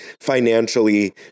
financially